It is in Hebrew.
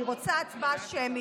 אני רוצה הצבעה שמית,